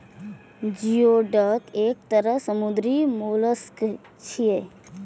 geoduck एक तरह समुद्री मोलस्क छियै